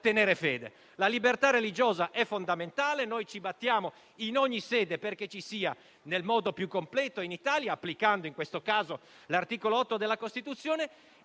tenere fede. La libertà religiosa è fondamentale, noi ci battiamo in ogni sede perché ci sia nel modo più completo in Italia, applicando in questo caso l'articolo 8 della Costituzione,